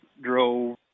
drove